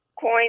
coin